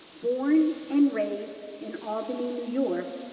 born and raised in albany, new york,